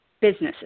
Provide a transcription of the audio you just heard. businesses